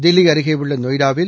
தில்லி அருகே உள்ள நொய்டாவில்